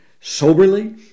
soberly